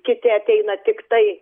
kiti ateina tiktai